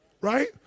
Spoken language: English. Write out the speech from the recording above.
right